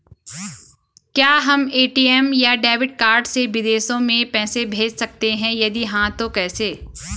क्या हम ए.टी.एम या डेबिट कार्ड से विदेशों में पैसे भेज सकते हैं यदि हाँ तो कैसे?